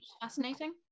fascinating